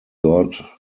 god